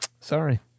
sorry